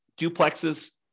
duplexes